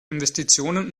investitionen